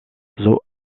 eaux